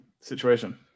situation